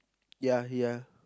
ya ya